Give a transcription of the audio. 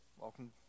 Welcome